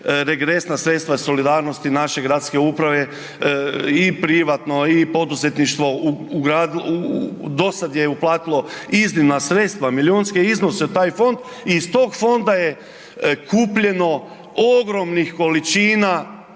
regresna sredstva solidarnosti naše gradske uprave i privatno i poduzetništvo dosad je uplatilo iznimna sredstva, milijunske iznose u taj fond i iz tog fonda je kupljeno ogromnih količina